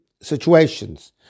situations